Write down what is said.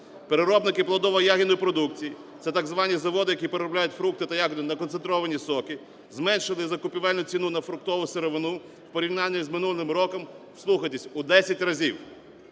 Переробники плодово-ягідної продукції – це так звані заводи, які переробляють фрукти та ягоди на концентровані соки, зменшили закупівельну ціну на фруктову сировину в порівнянні з минулим роком –